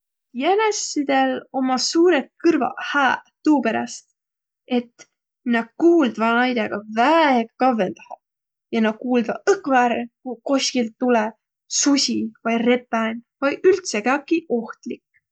Jänessidel ommaq suurõq kõrvaq hääq tuuperäst, et nä kuuldvaq naidõga väega kavvõndahe. Ja nä kuuldvaq õkva ärq, ku lkoskilt tulõ susi vai repän vai üldse kiäki ohtlik.